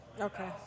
Okay